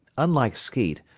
unlike skeet,